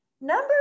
Number